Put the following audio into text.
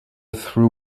threw